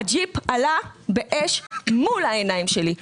הג'יפ עלה באש מול העיניים שלי.